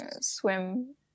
swim